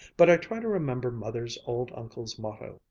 but i try to remember mother's old uncle's motto,